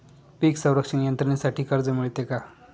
पीक संरक्षण यंत्रणेसाठी कर्ज मिळते का?